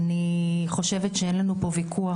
אני חושבת שאין לנו פה ויכוח,